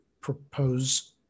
propose